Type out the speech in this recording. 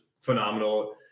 phenomenal